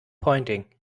pointing